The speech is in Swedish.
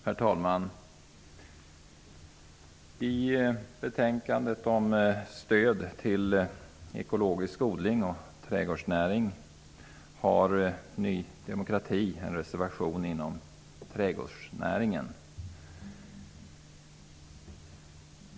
Herr talman! I betänkandet om stöd till ekologisk odling och trädgårdsnäring har Ny demokrati en reservation beträffande trädgårdsnäringen.